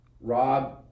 rob